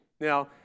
Now